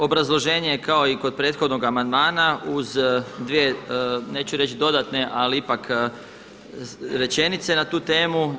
Obrazloženje je kao i kod prethodnog amandmana uz dvije neću reći dodatne, ali ipak rečenice na temu.